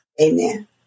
amen